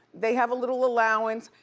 they have a little allowance,